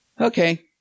Okay